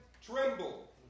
Tremble